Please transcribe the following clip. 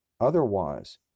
Otherwise